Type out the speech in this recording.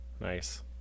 Nice